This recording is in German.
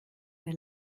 der